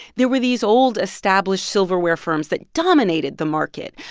there were these old established silverware firms that dominated the market,